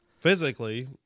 physically